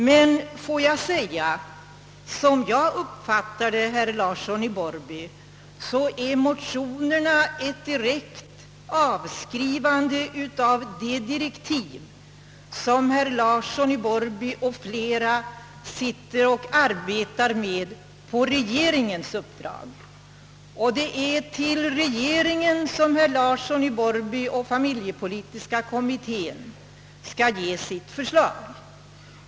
Men såsom jag uppfattade herr Larsson i Borrby är motionerna ett direkt avskrivande av de direktiv som herr Larsson i Borrby m.fl. sitter och arbetar med på regeringens uppdrag, och det är till regeringen som herr Larsson och familjepolitiska kommittén skall avge sitt förslag.